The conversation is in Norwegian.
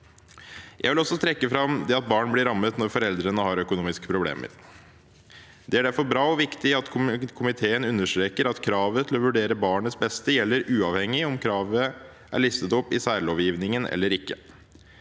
Jeg vil også trekke fram det at barn blir rammet når foreldrene har økonomiske problemer. Det er derfor bra og viktig at komiteen understreker at kravet til å vurdere barnets beste gjelder uavhengig av om kravet er listet opp i særlovgivningen eller ikke.